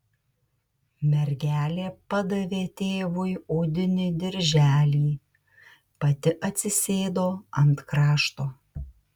mergelė padavė tėvui odinį dirželį pati atsisėdo ant krašto